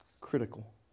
critical